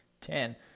Ten